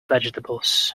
vegetables